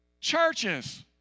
Churches